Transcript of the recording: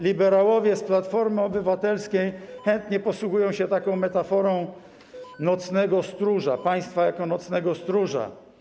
Liberałowie z Platformy Obywatelskiej chętnie posługują się taką metaforą państwa jako nocnego stróża.